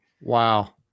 Wow